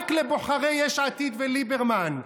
רק לבוחרי יש עתיד וליברמן,